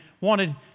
wanted